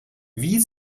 wie